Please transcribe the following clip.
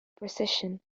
procession